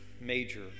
major